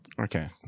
Okay